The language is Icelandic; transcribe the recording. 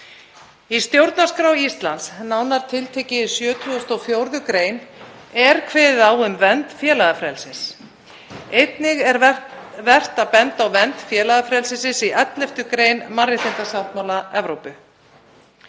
Í stjórnarskrá Íslands, nánar tiltekið í 74. gr., er kveðið á um vernd félagafrelsis. Einnig er vert að benda á vernd félagafrelsis í 11. gr. mannréttindasáttmála Evrópu.